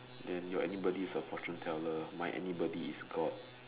then your anybody is a fortune teller my anybody is god